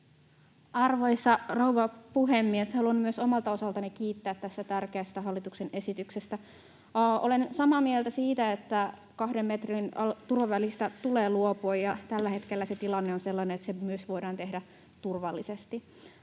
Arvoisa rouva puhemies! Haluan myös omalta osaltani kiittää tästä tärkeästä hallituksen esityksestä. Olen samaa mieltä siitä, että kahden metrin turvavälistä tulee luopua, ja tällä hetkellä tilanne on sellainen, että se myös voidaan tehdä turvallisesti.